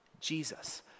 Jesus